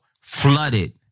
flooded